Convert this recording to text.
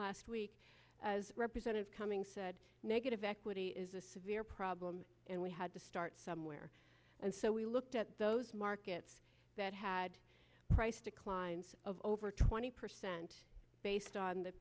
last week as representative cummings said negative equity is a severe problem and we had to start somewhere and so we looked at those markets that had price declines of over twenty percent based on the